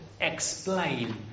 explain